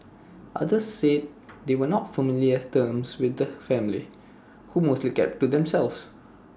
others said they were not familiar terms with the family who mostly kept to themselves